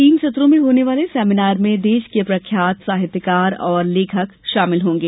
तीन सत्रों में होने वाले सेमिनार में देश के प्रख्यात साहित्यकार और लेखक शामिल होंगे